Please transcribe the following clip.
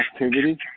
activity